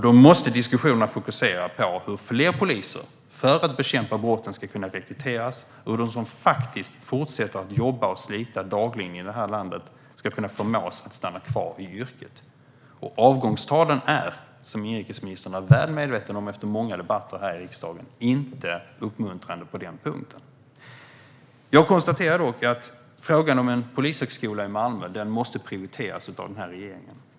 Då måste diskussionerna fokusera på hur fler poliser ska rekryteras, för att man ska kunna bekämpa brotten, och hur de som fortsätter att jobba och slita dagligen i det här landet ska förmås stanna kvar i yrket. Avgångstalen är inte uppmuntrande på den punkten, som inrikesministern är väl medveten om efter många debatter här i riksdagen. Frågan om en polishögskola i Malmö måste prioriteras av regeringen.